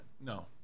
No